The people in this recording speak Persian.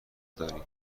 داریم